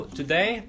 today